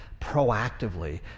proactively